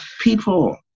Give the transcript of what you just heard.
people